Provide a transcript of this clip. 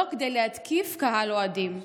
לא כדי להתקיף קהל אוהדים.